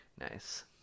Nice